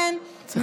ולכן, צריך לסיים.